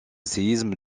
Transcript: séisme